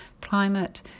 climate